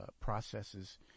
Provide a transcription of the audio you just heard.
processes